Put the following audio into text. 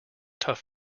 tough